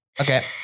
okay